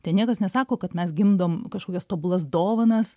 ten niekas nesako kad mes gimdom kažkokias tobulas dovanas